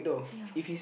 ya